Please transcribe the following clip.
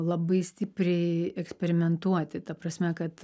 labai stipriai eksperimentuoti ta prasme kad